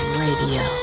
radio